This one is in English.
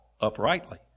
uprightly